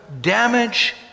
damage